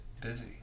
busy